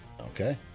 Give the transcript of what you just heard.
Okay